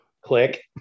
click